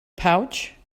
pouch